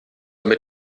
mit